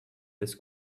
this